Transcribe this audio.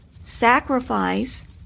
sacrifice